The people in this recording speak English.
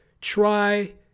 Try